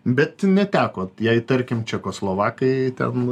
bet netekot jei tarkim čekoslovakai ten va